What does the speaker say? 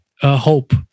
hope